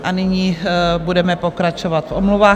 A nyní budeme pokračovat v omluvách.